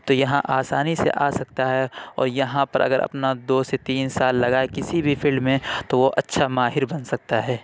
تو یہاں آسانی سے آسکتا ہے اور یہاں پر اگر اپنا دو سے تین سال لگائے کسی بھی فلڈ میں تو وہ اچھا ماہر بن سکتا ہے